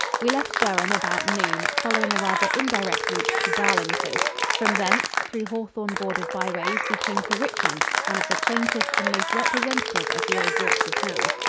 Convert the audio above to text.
we left durham about noon, following a rather indirect route to darlington from thence, through hawthorne-bordered byways, we came to richmond, one of the quaintest and most representative of the old yorkshire towns.